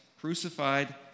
crucified